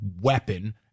weapon